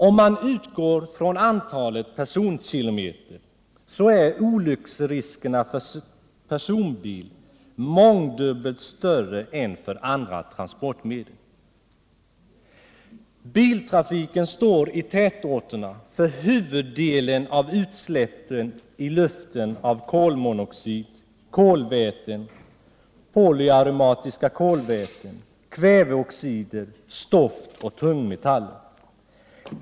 Om man utgår från antalet personkilometer är olycksriskerna för personbil mångdubbelt större än för andra transportmedel. Biltrafiken står i tätorterna för huvuddelen av utsläppen i luften av kolmonoxid, kolväten, polyaromatiska kolväten, kväveoxider, stoft och tungmetaller.